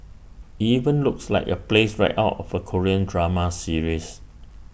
IT even looks like A place right out of A Korean drama series